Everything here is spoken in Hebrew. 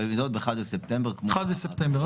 תלמידות ב-1 בספטמבר, כמו שאר --- ב-1 בספטמבר.